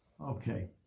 okay